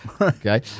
Okay